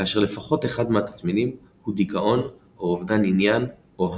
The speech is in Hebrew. כאשר לפחות אחד מהתסמינים הוא דיכאון או אובדן עניין/הנאה.